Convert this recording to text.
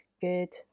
Good